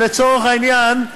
לצורך העניין,